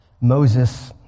Moses